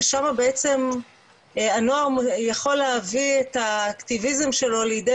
ושמה בעצם הנוער יכול להביא את האקטיביזם שלו לידי